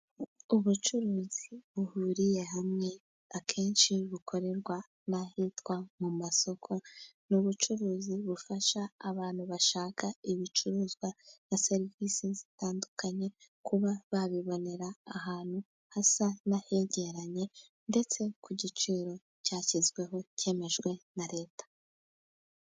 Ubucuruzi buhuriye hamwe, akenshi bukorerwa ahitwa mu masoko. Ni ubucuruzi bufasha abantu bashaka ibicuruzwa na serivisi zitandukanye, kuba babibonera ahantu hasa n'ahegeranye, ndetse ku giciro cyashyizweho cyemejwe na leta.